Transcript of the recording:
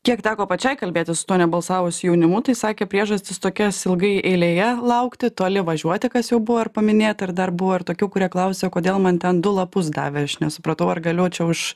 kiek teko pačiai kalbėtis su tuo nebalsavusiu jaunimu tai sakė priežastis tokias ilgai eilėje laukti toli važiuoti kas jau buvo ir paminėta ir dar buvo ir tokių kurie klausė o kodėl man ten du lapus davė aš nesupratau ar galiu čia už